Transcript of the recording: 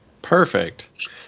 Perfect